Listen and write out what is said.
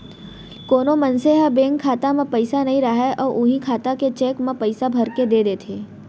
कोनो मनसे ह बेंक खाता म पइसा नइ राहय अउ उहीं खाता के चेक म पइसा भरके दे देथे